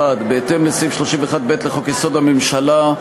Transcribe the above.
1. בהתאם לסעיף 31(ב) לחוק-יסוד: הממשלה,